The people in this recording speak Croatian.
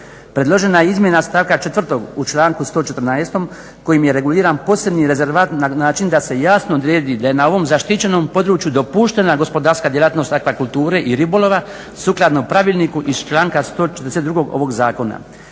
Predložena je i izmjena stavka 4. u članku 114. kojim je reguliran posebni rezervat na način da se jasno odredbi da je na ovom zaštićenom području dopuštena gospodarska djelatnost akvakulture i ribolove sukladno pravilniku iz članka 142.ovog zakona,